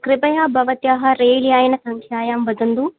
कृपया भवत्याः रेल्यानसङ्ख्यां वदन्तु